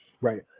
right